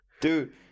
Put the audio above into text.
dude